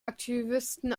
aktivisten